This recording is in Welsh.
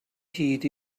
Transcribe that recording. hyd